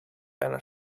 einer